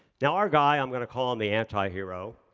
now, our guy, i'm going to call him the anti-hero.